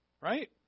Right